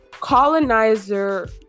colonizer